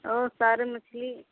और सारे मछली